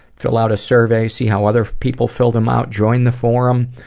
fill out a survey, see how other people fill them out, join the forum,